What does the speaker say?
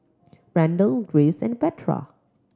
Randall Graves and Petra